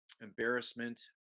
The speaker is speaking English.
embarrassment